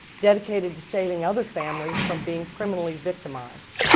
dedicated to saving other families from being criminally victimized.